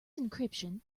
encryption